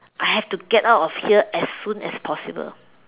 I have to get out of here as soon as possible